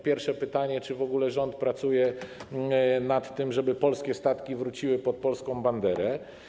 Pierwsze pytanie: Czy w ogóle rząd pracuje nad tym, żeby polskie statki wróciły pod polską banderę?